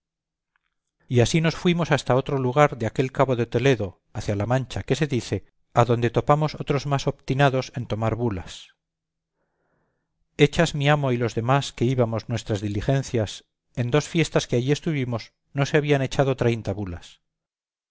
y ansí nos fuimos hasta otro lugar de aquel cabo de toledo hacia la mancha que se dice adonde topamos otros más obtinados en tomar bulas hechas mi amo y los demás que íbamos nuestras diligencias en dos fiestas que allí estuvimos no se habían echado treinta bulas